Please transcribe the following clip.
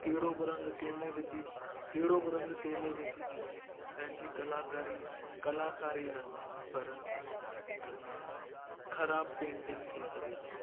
कहिड़ो बि रंग के में विझी कहिड़ो बि रंग कंहिं में विझी पंहिंजी कलाकारी कलाकारी न पर हिकु ख़राबु पेटिंग थी सघे थी